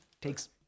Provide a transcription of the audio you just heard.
Takes